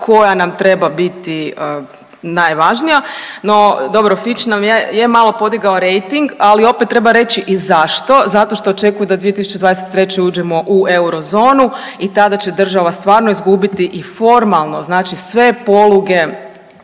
koja nam treba biti najvažnija. Do dobro Fitch nam je, je malo podigao rejting ali opet treba reći i zašto. Zato što očekuju da 2023. uđemo u eurozonu i tada će država stvarno izgubiti i formalno znači sve poluge